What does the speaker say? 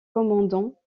commandant